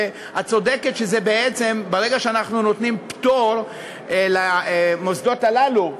את צודקת שברגע שאנחנו נותנים פטור למוסדות הללו,